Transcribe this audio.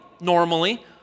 normally